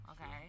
Okay